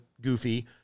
goofy